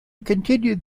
continued